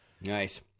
Nice